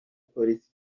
polisi